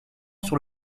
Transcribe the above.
sur